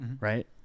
Right